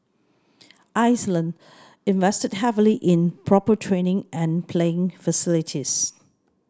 Iceland invested heavily in proper training and playing facilities